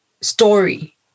story